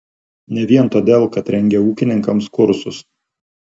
ne vien todėl kad rengia ūkininkams kursus